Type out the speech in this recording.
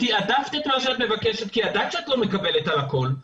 --- ותעדפת את מה שאת מבקשת כי ידעת שאת לא מקבלת על הכול,